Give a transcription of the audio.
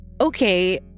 Okay